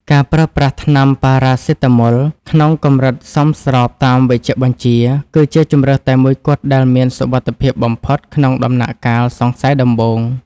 ការប្រើប្រាស់ថ្នាំប៉ារ៉ាសេតាមុល (Paracetamol) ក្នុងកម្រិតសមស្របតាមវេជ្ជបញ្ជា គឺជាជម្រើសតែមួយគត់ដែលមានសុវត្ថិភាពបំផុតក្នុងដំណាក់កាលសង្ស័យដំបូង។